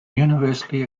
universally